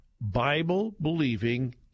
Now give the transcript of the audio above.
Bible-believing